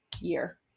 year